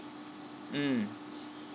mm